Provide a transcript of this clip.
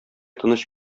тыныч